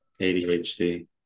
ADHD